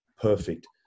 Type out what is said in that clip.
perfect